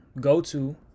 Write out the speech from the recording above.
go-to